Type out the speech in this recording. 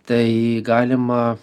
tai galima